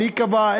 מי קבע?